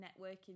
networking